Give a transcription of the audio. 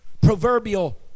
proverbial